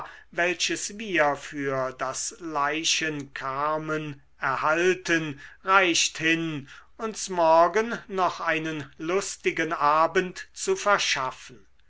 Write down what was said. welches wir für das leichenkarmen erhalten reicht hin uns morgen noch einen lustigen abend zu verschaffen